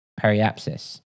periapsis